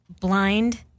blind